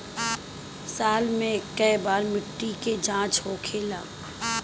साल मे केए बार मिट्टी के जाँच होखेला?